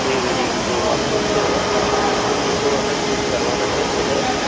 pre wedding जो आप बोलते हो वो फोटो हमें शूट करवाना था पहले